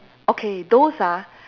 okay those ah